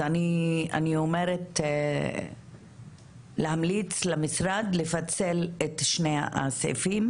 אז אני אומרת להמליץ למשרד לפצל את שני הסעיפים,